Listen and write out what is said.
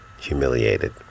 humiliated